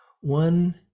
One